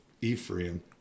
Ephraim